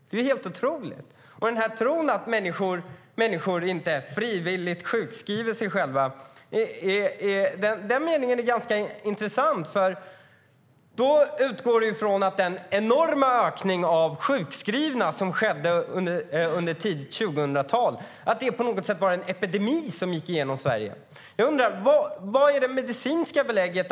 Det är helt otroligt. Jag undrar: Var finns det medicinska belägget?